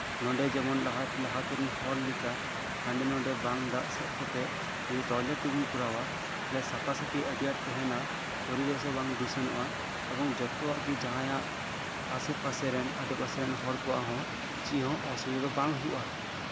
ᱱᱚᱰᱮ ᱡᱮᱢᱚᱱ ᱞᱟᱦᱟᱛᱮᱱ ᱦᱚᱲ ᱞᱮᱠᱟ ᱦᱟᱸᱰᱮ ᱱᱚᱰᱮ ᱵᱟᱝ ᱫᱟᱜ ᱥᱮᱡ ᱠᱟᱛᱮᱜ ᱡᱚᱫᱤᱚ ᱴᱚᱭᱞᱮᱴ ᱨᱮᱵᱚᱱ ᱠᱚᱨᱟᱣᱟ ᱛᱟᱦᱞᱮ ᱥᱟᱯᱷᱟ ᱥᱟᱹᱯᱷᱤ ᱟᱹᱰᱤ ᱟᱸᱴ ᱛᱟᱸᱦᱮᱱᱟ ᱯᱚᱨᱤᱵᱮᱥ ᱦᱚᱸ ᱵᱟᱝ ᱮᱵᱚᱝ ᱡᱚᱛᱚᱣᱟᱜ ᱜᱮ ᱡᱟᱸᱦᱟᱭᱟᱜ ᱟᱥᱮ ᱯᱟᱥᱮ ᱟᱰᱮᱯᱟᱥᱮ ᱨᱮᱱ ᱦᱚᱲ ᱠᱚ ᱪᱮᱫ ᱦᱚᱸ ᱚᱥᱩᱵᱤᱫᱷᱟ ᱫᱚ ᱵᱟᱝ ᱦᱩᱭᱩᱜᱼᱟ